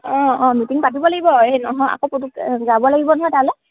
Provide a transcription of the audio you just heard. অঁ অঁ মিটিং পাতিব লাগিব এই নহয় আকৌ পুটুক যাব লাগিব নহয় তালৈ